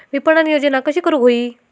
विपणन योजना कशी करुक होई?